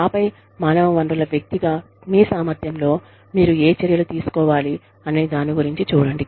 ఆపై మానవ వనరుల వ్యక్తిగా మీ సామర్థ్యంలో మీరు ఏ చర్యలు తీసుకోవాలి అనే దాని గురించి చూడండి